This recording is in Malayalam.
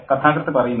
കഥാകൃത്ത് പറയുന്നത്